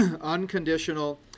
unconditional